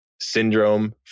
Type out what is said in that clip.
syndrome